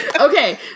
Okay